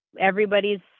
everybody's